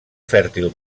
fèrtil